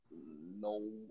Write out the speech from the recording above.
No